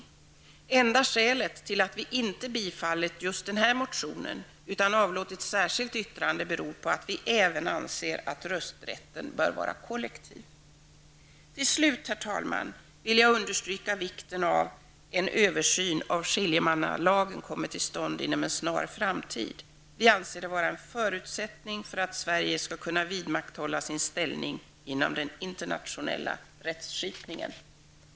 Det enda skälet till att vi inte har tillstyrkt just den här motionen, utan avlåtit ett särskilt yttrande, är att vi anser att även rösträtten bör vara kollektiv. Till slut, herr talman, vill jag understryka vikten av att en översyn av skiljemannalagen kommer till stånd inom en snar framtid. Vi anser det vara en förutsättning för att Sverige skall kunna vidmakthålla sin ställning inom den internationella rättskipningen.